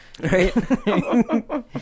right